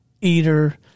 Eater